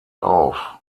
auf